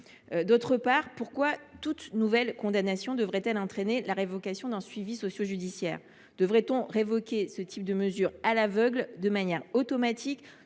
Deuxièmement, pourquoi toute nouvelle condamnation devrait elle entraîner la révocation d’un suivi sociojudiciaire ? Devrait on révoquer ce type de mesure à l’aveugle, de manière automatique,